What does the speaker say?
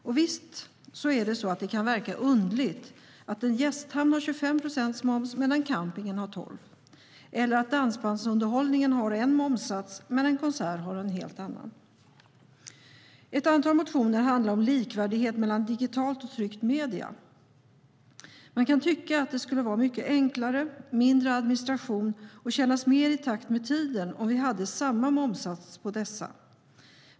Och visst kan det verka underligt att en gästhamn har 25 procents moms medan campingen har 12 procent, eller att dansbandsunderhållning har en momssats medan en konsert har en helt annan. Ett antal motioner handlar om likvärdighet mellan digitala och tryckta medier. Man kan tycka att det skulle vara mycket enklare, mindre administration och kännas mer i takt med tiden om vi hade samma momssats på dessa.